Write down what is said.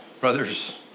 Brothers